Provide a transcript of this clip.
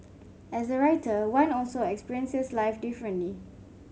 as a writer one also experiences life differently